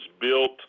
built